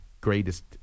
greatest